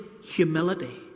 humility